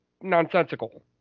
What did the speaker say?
nonsensical